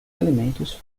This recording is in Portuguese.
alimentos